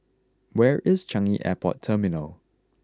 where is Changi Airport Terminal